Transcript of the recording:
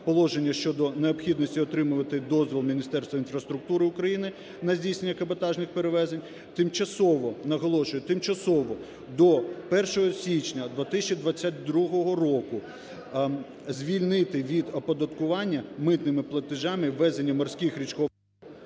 положення щодо необхідності отримувати дозвіл Міністерства інфраструктури України на здійснення каботажних перевезень, тимчасово, наголошую, тимчасово до 1 січня 2022 року звільнити від оподаткування митними платежами ввезення морських…